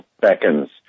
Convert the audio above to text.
seconds